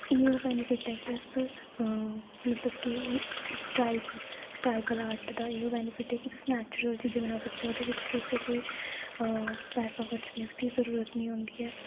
एह्दे ओह् बेनिफिट ऐ कि तुस मतलब कि ट्राइबल आर्ट दा इ'यो बेनिफिट ऐ की तुस नेचुरल चीजां बना सकदे ओह्दे बिच तुस कोई पैसा खरचने दी बी जरूरत निं होंदी ऐ